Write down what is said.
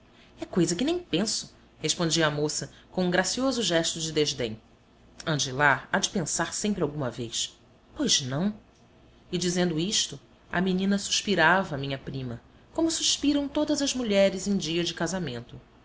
é coisa em que nem penso respondia a moça com um gracioso gesto de desdém ande lá há de pensar sempre alguma vez pois não e dizendo isto a menina suspirava minha prima como suspiram todas as mulheres em dia de casamento